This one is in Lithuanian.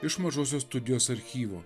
iš mažosios studijos archyvo